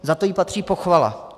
Za to jí patří pochvala.